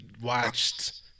watched